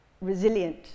resilient